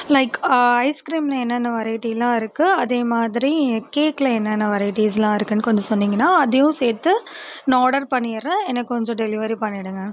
like ஐஸ்க்ரீம்ல என்னென்ன வெரைட்டிலாம் இருக்குது அதே மாதிரி கேக்ல என்னென்ன வெரைட்டிஸ்லாம் இருக்குதுன்னு கொஞ்சம் சொன்னிங்கன்னால் அதையும் சேர்த்து நான் ஆர்டர் பண்ணிடுறேன் எனக்கு கொஞ்சம் டெலிவரி பண்ணிடுங்கள்